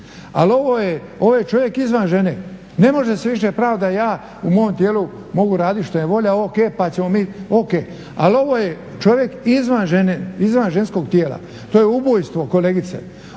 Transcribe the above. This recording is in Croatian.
ali ovo je čovjek izvan žene. Ne može se više pravdati da ja u mom tijelu mogu raditi što me volja o.k. pa ćemo mi o.k. Ali ovo je čovjek izvan žene, izvan ženskog tijela. To je ubojstvo kolegice,